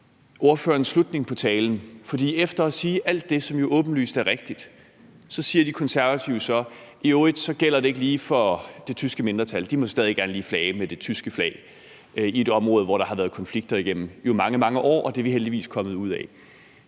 egentlig om. For efter at sige alt det, som jo er åbenlyst rigtigt, sagde De Konservative så, at det i øvrigt ikke lige gælder for det tyske mindretal; de må stadig gerne flage med det tyske flag i et område, hvor der jo har været konflikter igennem mange, mange år, og det er vi jo heldigvis kommet ud af.